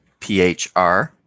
PHR